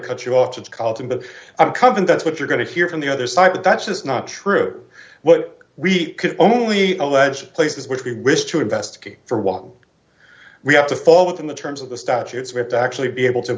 cut you off it's cotton but i'm covered that's what you're going to hear from the other side but that's just not true what we could only allege places which we wish to investigate for want we have to fall within the terms of the statutes we have to actually be able to